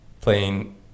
playing